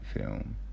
film